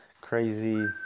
crazy